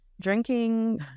drinking